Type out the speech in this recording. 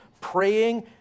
praying